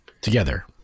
Together